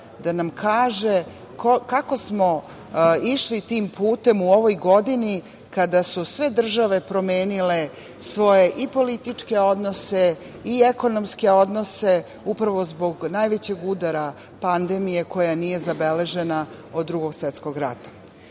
da nam kaže kako smo išli tim putem u ovoj godini kada su sve države promenile svoje i političke odnose i ekonomske odnose upravo zbog najvećeg udara pandemije koja nije zabeležena od Drugog svetskog rata. Ono